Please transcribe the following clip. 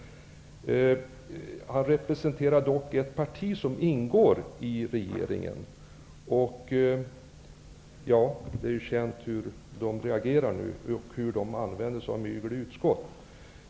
Sigge Godin representerar dock ett parti som ingår i regeringen, och nu är det känt hur man använder sig av mygel i utskott.